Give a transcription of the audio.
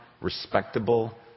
respectable